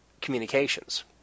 communications